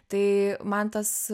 tai man tas